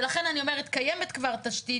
ולכן אני אומרת, קיימת כבר תשתית.